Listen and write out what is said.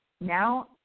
now